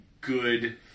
good